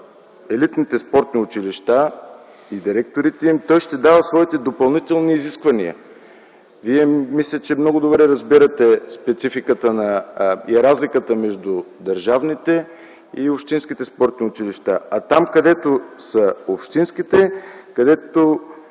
елитните спортни училища, той ще дава своите допълнителни изисквания. Мисля, че Вие много добре разбирате спецификата и разликата между държавните и общинските спортни училища. Там, където са общински, където